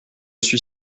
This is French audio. suis